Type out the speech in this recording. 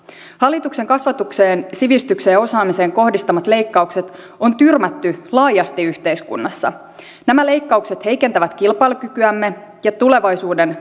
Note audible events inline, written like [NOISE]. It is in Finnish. hallituksen kasvatukseen sivistykseen ja osaamiseen kohdistamat leikkaukset on tyrmätty laajasti yhteiskunnassa nämä leikkaukset heikentävät kilpailukykyämme ja tulevaisuuden [UNINTELLIGIBLE]